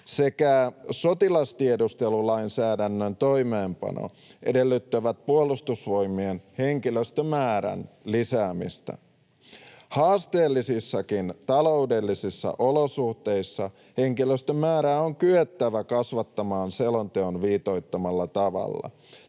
sekä sotilastiedustelulainsäädännön toimeenpano edellyttävät Puolustusvoimien henkilöstömäärän lisäämistä. Haasteellisissakin taloudellisissa olosuhteissa henkilöstön määrää on kyettävä kasvattamaan selonteon viitoittamalla tavalla.